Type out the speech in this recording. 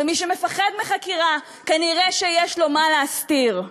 ומי שמפחד מחקירה כנראה יש לו מה להסתיר.